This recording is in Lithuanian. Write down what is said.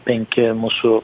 penki mūsų